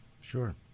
Sure